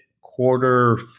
quarter